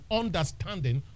understanding